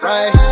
Right